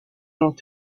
l’ont